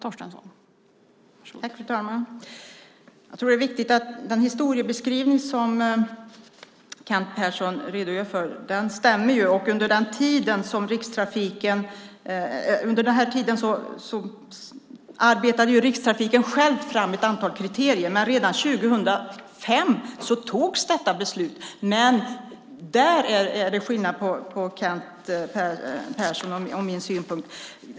Fru talman! Den historiebeskrivning som Kent Persson gör stämmer. Under den tiden arbetade Rikstrafiken själv fram ett antal kriterier. Redan 2005 togs detta beslut. Där är det skillnad mellan Kent Perssons och min åsikt.